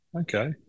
okay